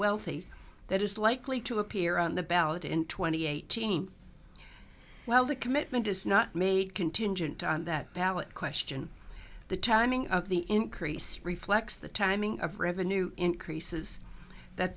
wealthy that is likely to appear on the ballot in twenty eighteen well the commitment is not made contingent on that ballot question the timing of the increase reflects the timing of revenue increases that